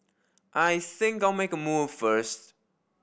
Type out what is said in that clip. I think I'll make a move first